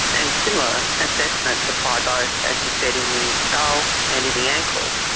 and similar assessments apply both, as you said, in the skull and in the ankle.